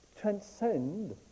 transcend